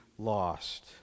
Lost